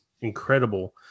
incredible